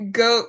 go